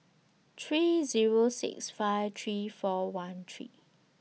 three Zero six five three four one three